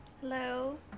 Hello